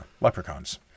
Leprechauns